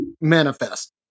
manifest